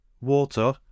water